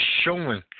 showing